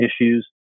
issues